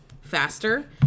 faster